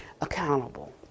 accountable